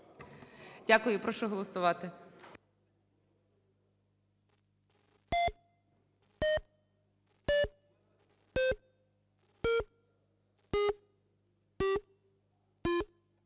Дякую. Прошу голосувати.